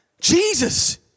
Jesus